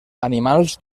animals